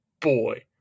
boy